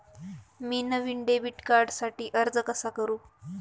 मी नवीन डेबिट कार्डसाठी अर्ज कसा करु?